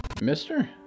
Mister